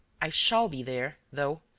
i shall be there, though,